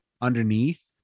underneath